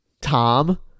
Tom